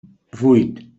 vuit